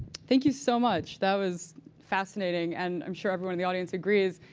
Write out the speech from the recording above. thank you so much. that was fascinating. and i'm sure everyone in the audience agrees.